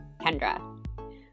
Kendra